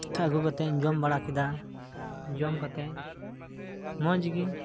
ᱟᱹᱜᱩ ᱠᱟᱛᱮᱫ ᱡᱚᱢ ᱵᱟᱲᱟ ᱠᱮᱫᱟ ᱡᱚᱢ ᱠᱟᱛᱮᱫ ᱢᱚᱡᱽ ᱜᱮ